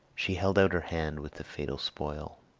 she held out her hand with the fatal spoil.